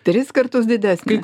tris kartus didesnė